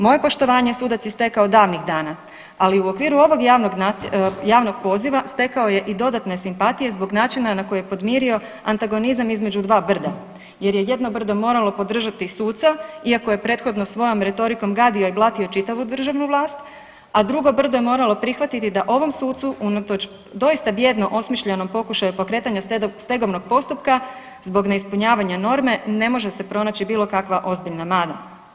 Moje poštovanje sudac je stekao davnih dana ali u okviru ovog javnog poziva, stekao je i dodatne simpatije zbog način na koji je podmirio antagonizam između dva brda jer je brdo moralo podržati suca iako je prethodno svojom retorikom gadio i blatio čitavu državnu vlast a drugo brdo je moralo prihvatiti da ovom sucu unatoč doista bijedno osmišljenom pokušaju pokretanja stegovnog postupka zbog neispunjavanja norme, ne može se pronaći bilokakva ozbiljna mana.